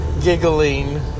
Giggling